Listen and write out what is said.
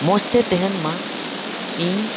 ᱢᱚᱡᱽ ᱛᱮ ᱛᱟᱦᱮᱱ ᱢᱟ ᱤᱧ